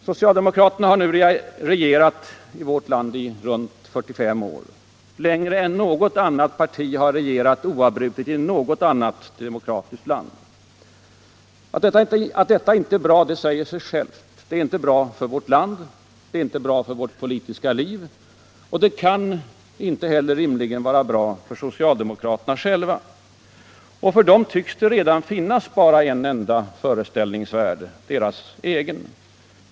Socialdemokraterna har nu regerat vårt land i runt tal 45 år. Längre än något annat parti har regerat oavbrutet i något annat demokratiskt land. Att detta inte är bra säger sig självt. Det är inte bra för vårt land. Det är inte bra för vårt politiska liv. Och det kan inte heller rimligen vara bra för socialdemokraterna själva. För dem tycks det redan finnas bara en enda föreställningsvärld; deras egen.